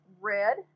red